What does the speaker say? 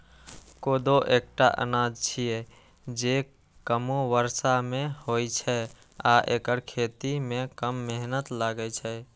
कोदो एकटा अनाज छियै, जे कमो बर्षा मे होइ छै आ एकर खेती मे कम मेहनत लागै छै